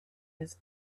his